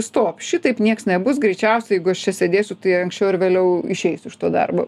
stop šitaip nieks nebus greičiausiai jeigu aš čia sėdėsiu tai anksčiau ar vėliau išeisiu iš to darbo